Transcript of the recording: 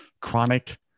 chronic